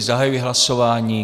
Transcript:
Zahajuji hlasování.